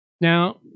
Now